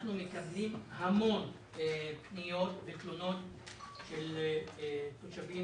אנחנו מקבלים המון פניות ותלונות של תושבים